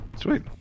Sweet